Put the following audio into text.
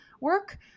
work